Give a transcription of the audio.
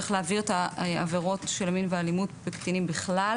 יש להביא את העבירות של מין ואלימות בקטינים בכלל,